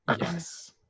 Yes